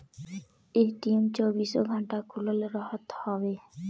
ATM चौबीसो घंटा खुलल रहत हवे